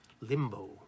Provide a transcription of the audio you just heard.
limbo